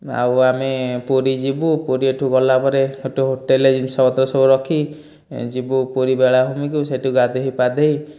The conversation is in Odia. ଆଉ ଆମେ ପୁରୀ ଯିବୁ ପୁରୀ ଏଇଠୁ ଗଲାପରେ ସେଇଠୁ ହୋଟେଲରେ ଜିନିଷ ପତ୍ର ସବୁ ରଖି ଯିବୁ ପୁରୀ ବେଳାଭୂମିକୁ ସେଇଠୁ ଗାଧୋଇ ପାଧୋଇ